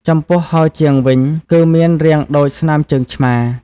ចំពោះហោជាងវិញ គឺមានរាងដូចស្នាមជើងឆ្មា។